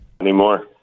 Anymore